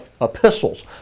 epistles